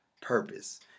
purpose